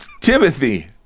Timothy